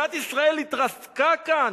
מדינת ישראל התרסקה כאן,